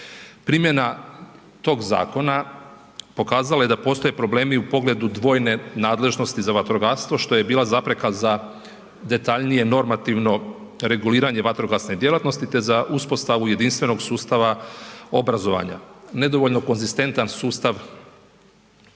Primjena tog zakona pokazala je da postoje problemi u pogledu dvojne nadležnosti za vatrogastvo što je bila zapreka za detaljnije normativno reguliranje vatrogasne djelatnosti te za uspostavu jedinstvenog sustava obrazovanja. Nedovoljno konzistentan sustav zapovijedanja